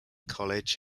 college